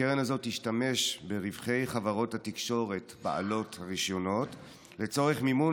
הקרן הזאת תשתמש ברווחי חברות התקשורת בעלות הרישיונות לצורך מימון